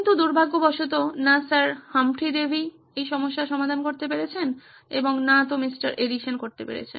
কিন্তু দুর্ভাগ্যবশত না স্যার হামফ্রি ডেভি এই সমস্যার সমাধান করতে পেরেছেন এবং না তো মিস্টার এডিশন পেরেছেন